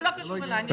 זה לא קשור אליי.